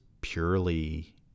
purely